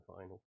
final